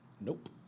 Nope